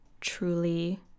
truly